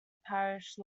parish